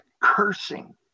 cursing